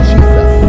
Jesus